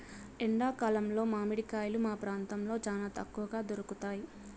ఎండా కాలంలో మామిడి కాయలు మా ప్రాంతంలో చానా తక్కువగా దొరుకుతయ్